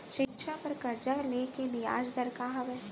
शिक्षा बर कर्जा ले के बियाज दर का हवे?